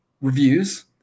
reviews